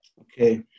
Okay